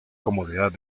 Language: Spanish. comodidad